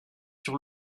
sur